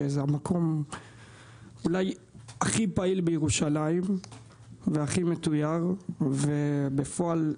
שזה אולי המקום הכי פעיל בירושלים והכי מתוייר; ובפועל,